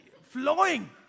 flowing